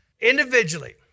individually